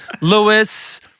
lewis